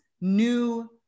new